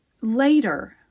later